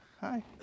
hi